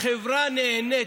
והחברה נהנית,